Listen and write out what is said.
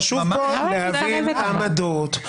חשוב כאן להבין עמדות.